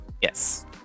yes